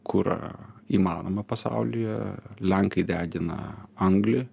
kurą įmanomą pasaulyje lenkai degina anglį